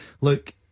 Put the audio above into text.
Look